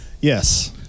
Yes